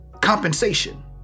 compensation